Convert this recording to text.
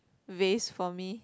vast for me